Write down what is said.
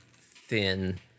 thin